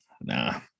nah